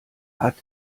hat